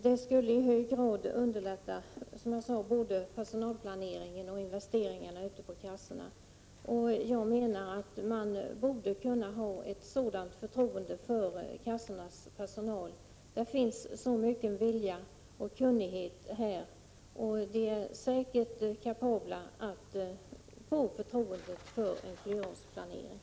Det skulle i hög grad underlätta både personalplaneringen och investeringarna ute på kassorna. Jag tycker att man borde kunna ha ett sådant förtroende för kassornas personal. Där finns så mycken vilja och kunskap att de säkert är kapabla att få förtroendet för en flerårsplanering.